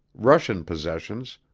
russian possessions,